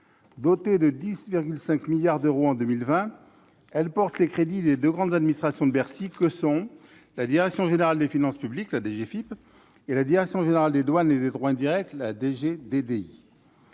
Dotée de 10,5 milliards d'euros en 2020, cette mission porte les crédits des deux grandes administrations de Bercy, que sont la direction générale des finances publiques (DGFiP) et la direction générale des douanes et des droits indirects (DGDDI),